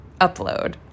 upload